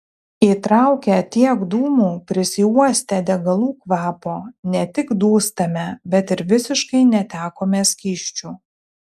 įtraukę tiek dūmų prisiuostę degalų kvapo ne tik dūstame bet ir visiškai netekome skysčių